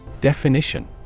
Definition